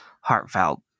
heartfelt